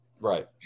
Right